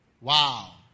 Wow